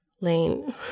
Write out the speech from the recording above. Lane